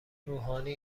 روحانی